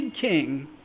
king